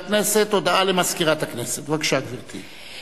הכנסת, בבקשה, גברתי.